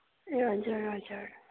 ए हजुर हजुर